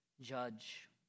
judge